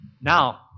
now